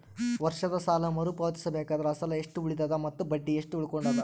ವರ್ಷದ ಸಾಲಾ ಮರು ಪಾವತಿಸಬೇಕಾದರ ಅಸಲ ಎಷ್ಟ ಉಳದದ ಮತ್ತ ಬಡ್ಡಿ ಎಷ್ಟ ಉಳಕೊಂಡದ?